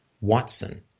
Watson